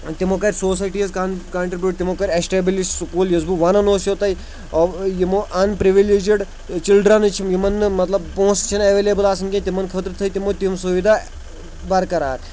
تِمو کَرِ سوسایٹیٖز کَن کَنٹِرٛبیوٗٹ تِمو کَرِ اٮ۪سٹیبلِش سکوٗل یُس بہٕ وَنان اوسو تۄہہِ یِمو اَن پِرٛولیجٕڈ چِلڈرٛنٕز چھِ یِمَن نہٕ مطلب پونٛسہٕ چھِنہٕ اٮ۪ویلیبٕل آسان کینٛہہ تِمَن خٲطرٕ تھٔے تِمو تِم سُوِدا بَرقَرار